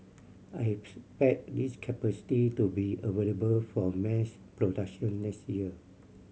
I expect this capacity to be available for mass production next year